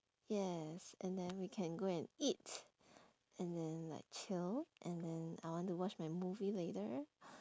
yes and then we can go and eat and then like chill and then I want to watch my movie later